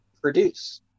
produce